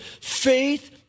faith